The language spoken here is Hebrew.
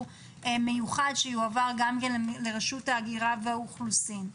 מיוחד שיועבר גם לרשות ההגירה והאוכלוסין.